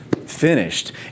finished